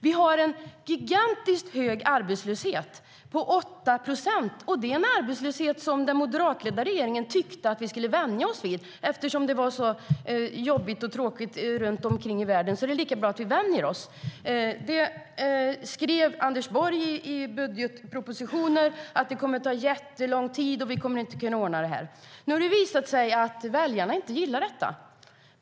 Vi har en gigantiskt hög arbetslöshet på 8 procent, och det är en arbetslöshet som den moderatledda regeringen tyckte att vi skulle vänja oss vid, eftersom det var så jobbigt och tråkigt runt omkring i världen: Det är lika bra att vi vänjer oss. Anders Borg skrev i budgetpropositioner att det kommer att ta jättelång tid och att vi inte kommer att kunna ordna det här. Nu har det visat sig att väljarna inte gillar detta.